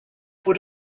would